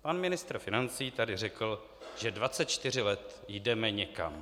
Pan ministr financí tady řekl, že 24 let jdeme někam.